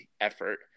effort